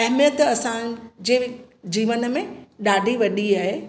अहिमियत असांजे जीवन में ॾाढी वॾी आहे